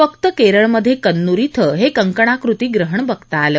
फक्त केरळमधे कन्नूर इथं हे कंकणाकृती ग्रहण बघता आलं